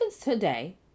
today